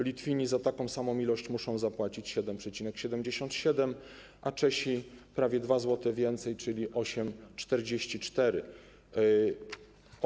Litwini za taką samą ilość muszą zapłacić 7,77 zł, a Czesi prawie 2 zł więcej, czyli 8,44 zł.